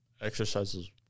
exercises